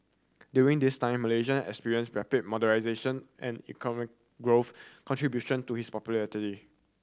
during this time Malaysia experienced rapid modernisation and economic growth contribution to his popularity